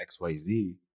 XYZ